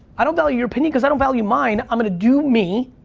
i don't value your opinion cause i don't value mine. i'm gonna do me,